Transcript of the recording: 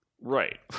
right